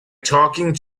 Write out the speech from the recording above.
talking